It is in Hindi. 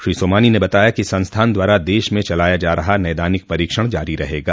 श्री सोमानी ने बताया कि संस्थान द्वारा देश में चलाया जा रहा नैदानिक परीक्षण जारी रहेगा